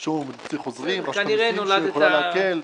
שהוא מוציא חוזרים שיכולים להקל -- טוב,